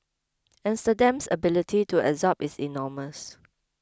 Amsterdam's ability to absorb is enormous